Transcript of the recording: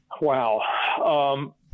wow